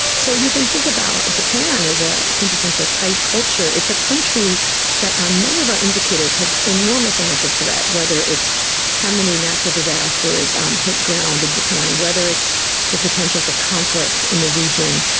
so you can think about japan as a quintessential tight culture. it's a country that on many of our indicators has enormous amounts of threat, whether it's how many natural disasters um hit ground in japan, whether it's the potential for conflict in the region.